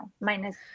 Minus